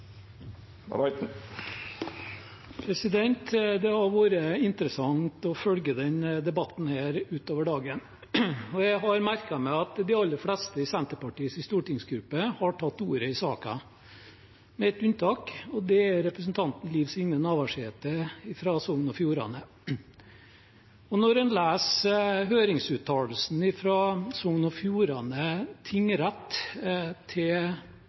Det har vært interessant å følge denne debatten utover dagen. Jeg har merket meg at de aller fleste i Senterpartiets stortingsgruppe har tatt ordet i saken – med ett unntak, og det er representanten Liv Signe Navarsete fra Sogn og Fjordane. Når en leser høringsuttalelsen fra Sogn og Fjordane tingrett til